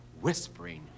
whispering